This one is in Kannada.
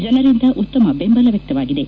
ಜನರಿಂದ ಉತ್ತಮ ಬೆಂಬಲ ವ್ಯಕ್ತವಾಗಿದೆ